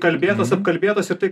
kalbėtos apkalbėtos ir tai